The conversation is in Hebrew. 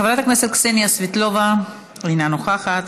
חברת הכנסת קסניה סבטלובה, אינה נוכחת.